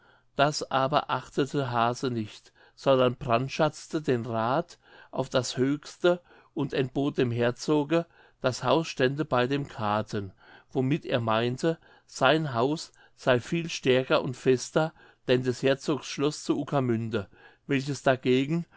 das aber achtete hase nicht sondern brandschatzte den rath auf das höchste und entbot dem herzoge das haus stände bei dem kathen womit er meinte sein haus sei viel stärker und fester denn des herzogs schloß zu ukermünde welches dagegen